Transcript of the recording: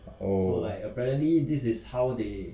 oh